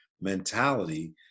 mentality